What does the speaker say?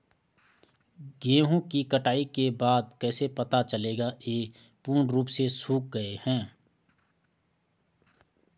गेहूँ की कटाई के बाद कैसे पता चलेगा ये पूर्ण रूप से सूख गए हैं?